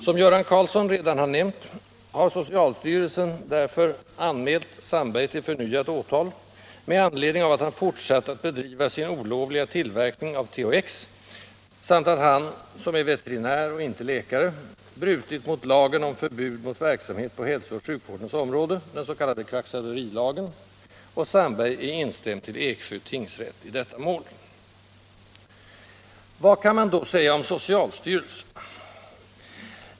Som herr Karlsson i Huskvarna redan nämnt har socialstyrelsen därför anmält Sandberg till förnyat åtal med anledning av att han fortsatt att bedriva sin olovliga tillverkning av THX samt att han — som är veterinär och icke läkare — brutit mot lagen om förbud mot verksamhet på hälsooch sjukvårdens område, den s.k. kvacksalverilagen, och Sandberg är instämd till Eksjö tingsrätt i detta mål. Vad kan man då säga om socialstyrelsen?